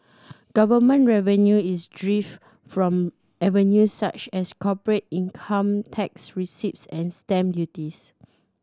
government revenue is derived from avenues such as corporate income tax receipts and stamp duties